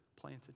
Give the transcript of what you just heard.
planted